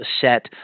set